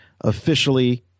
officially